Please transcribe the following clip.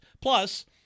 Plus